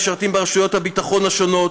משרתים ברשויות הביטחון השונות,